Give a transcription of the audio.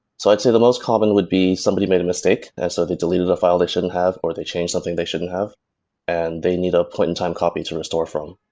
so i'd say the most common would be somebody made a mistake, so they deleted a file they shouldn't have or they changed something they shouldn't have and they need ah a point in time copy to restore from.